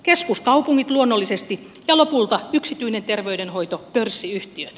keskuskaupungit luonnollisesti ja lopulta yksityinen tervey denhoito pörssiyhtiöt